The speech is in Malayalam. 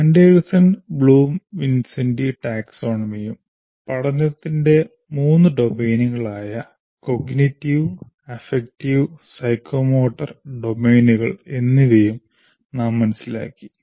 Anderson Bloom Vincenti taxonomy ഉം പഠനത്തിന്റെ മൂന്ന് ഡൊമെയ്നുകളായ കോഗ്നിറ്റീവ് അഫക്റ്റീവ് സൈക്കോമോട്ടോർ ഡൊമെയ്നുകൾ എന്നിവയും നാം മനസ്സിലാക്കി